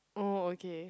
oh okay